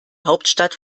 hauptstadt